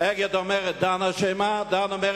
"אגד" אומרת "'דן' אשמה",